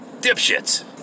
Dipshits